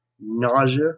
nausea